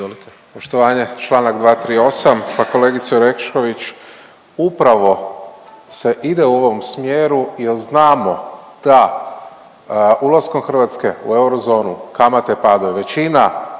Poštovanje. Članak 238., pa kolegice Orešković upravo se ide u ovom smjeru jer znamo da ulaskom Hrvatske u eurozonu kamate padaju. Većina